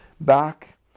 back